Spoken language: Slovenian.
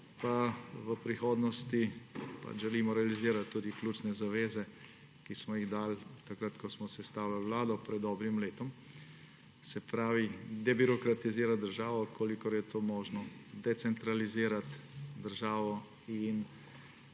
v prihodnosti realizirati tudi ključne zaveze, ki smo jih dali takrat, ko smo sestavljali vlado, pred dobrim letom: debirokratizirati državo, kolikor je to možno, decentralizirati državo in